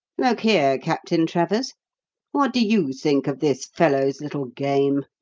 look here, captain travers what do you think of this fellow's little game?